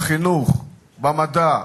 בחינוך, במדע,